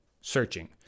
searching